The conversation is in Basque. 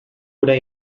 hura